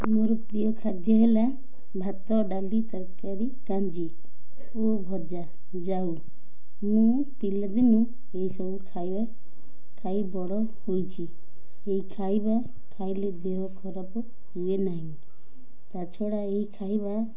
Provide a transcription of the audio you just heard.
ମୋର ପ୍ରିୟ ଖାଦ୍ୟ ହେଲା ଭାତ ଡାଲି ତରକାରୀ କାଞ୍ଜି ଓ ଭଜା ଯାଉ ମୁଁ ପିଲାଦିନୁ ଏସବୁ ଖାଇବା ଖାଇ ବଡ଼ ହୋଇଛି ଏହି ଖାଇବା ଖାଇଲେ ଦେହ ଖରାପ ହୁଏ ନାହିଁ ତା' ଛଡ଼ା ଏହି ଖାଇବା